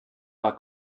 war